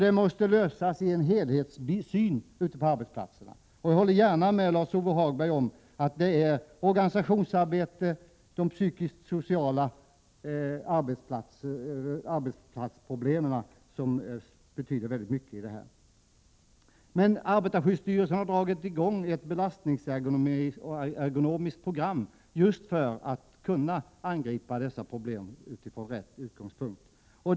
Det måste lösas i en helhetssyn ute på arbetsplatserna. Jag håller villigt med Lars-Ove Hagberg om att det här krävs ett organisationsarbete. De psykosociala arbetsplatsproblemen betyder mycket i det här sammanhanget. Arbetarskyddsstyrelsen har dock dragit i gång ett belastningsergonomiskt program för att kunna angripa dessa problem från rätt utgångspunkt.